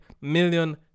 million